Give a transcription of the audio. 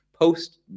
Post